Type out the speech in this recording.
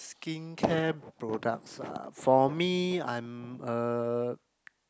skincare products ah for me I'm a